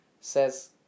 says